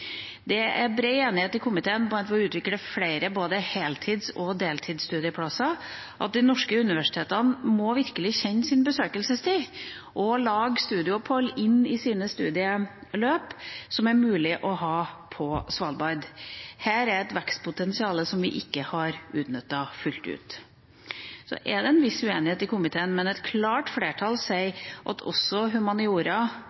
Det er bred enighet i komiteen om at vi må utvikle flere både heltids og deltids studieplasser. De norske universitetene må virkelig kjenne sin besøkelsestid og lage studieopphold inn i sine studieløp som det er mulig å ha på Svalbard. Her er et vekstpotensial som vi ikke har utnyttet fullt ut. Så er det en viss uenighet i komiteen om dette, men et klart flertall sier